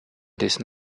dessen